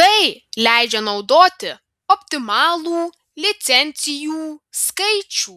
tai leidžia naudoti optimalų licencijų skaičių